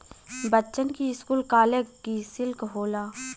बच्चन की school college की सिल्क होला